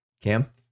Cam